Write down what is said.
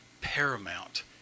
paramount